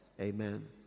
Amen